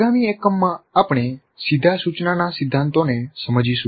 આગામી એકમમાં આપણે સીધા સૂચનાના સિદ્ધાંતોને સમજીશું